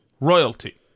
Royalty